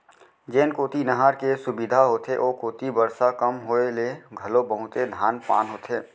जेन कोती नहर के सुबिधा होथे ओ कोती बरसा कम होए ले घलो बहुते धान पान होथे